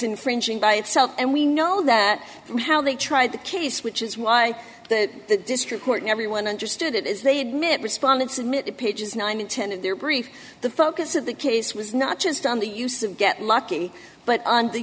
infringing by itself and we know that how they tried the case which is why the district court and everyone understood it is they admit respondents admit pages nine and ten in their brief the focus of the case was not just on the use of get lucky but